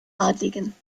adligen